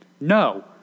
No